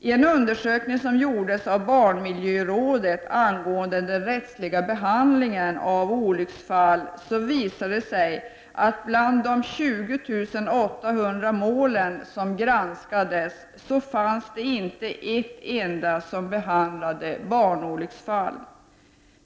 I en undersökning som gjordes av barnmiljörådet angående den rättsliga behandlingen av olyckfall visade det sig att det bland de 20 800 mål som granskades inte fanns ett enda som behandlade barnolycksfall.